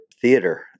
theater